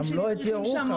גם לא את ירוחם.